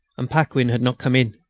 and paquin had not come in.